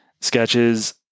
sketches